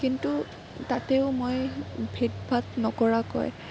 কিন্তু তাতেও মই ভেদভাব নকৰাকৈ